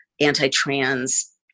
anti-trans